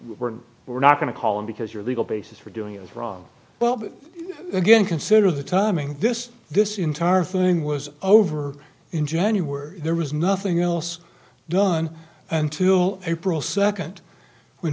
were we're not going to call him because your legal basis for doing is wrong well but again consider the timing this this entire thing was over in january there was nothing else done until april